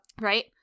Right